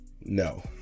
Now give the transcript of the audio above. no